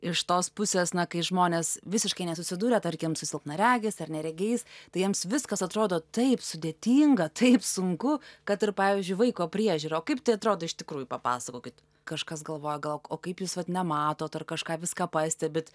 iš tos pusės na kai žmonės visiškai nesusidūrę tarkim su silpnaregis ar neregiais tai jiems viskas atrodo taip sudėtinga taip sunku kad ir pavyzdžiui vaiko priežiūra o kaip tai atrodo iš tikrųjų papasakokit kažkas galvoja gal o kaip jūs vat nematot ar kažką viską pastebit